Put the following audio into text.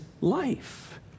life